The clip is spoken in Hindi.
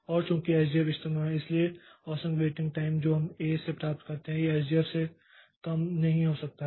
और चूंकि एसजेएफ इष्टतम है इसलिए औसत वेटिंग टाइम जो हम ए से प्राप्त करते हैं यह एसजेएफ से कम नहीं हो सकता है